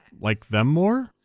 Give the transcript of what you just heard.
like them more?